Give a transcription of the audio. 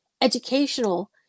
educational